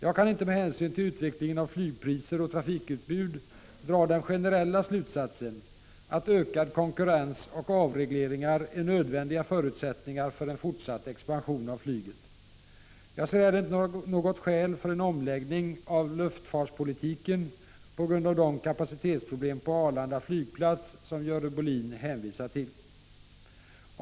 Jag kan inte med hänsyn till utvecklingen av flygpriser och trafikutbud dra den generella slutsatsen att en ökad konkurrens och avregleringar är nödvändiga förutsättningar för en fortsatt expansion av flyget. Jag ser heller inte något skäl för en omläggning av luftfartspolitiken på grund av de kapacitetsproblem på Arlanda flygplats som Görel Bohlin hänvisar till.